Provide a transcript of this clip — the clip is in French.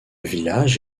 village